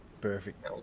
perfect